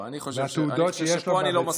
מהתעודות שיש לו מבית הספר, לא.